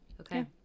Okay